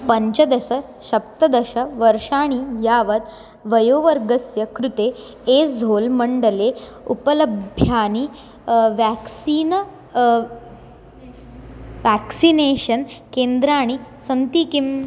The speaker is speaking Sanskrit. पञ्चदश सप्तदशवर्षाणि यावत् वयोवर्गस्य कृते एज़ोल्मण्डले उपलभ्यानि व्याक्सीन् व्याक्सिनेषन् केन्द्राणि सन्ति किम्